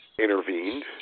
intervened